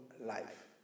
life